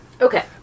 Okay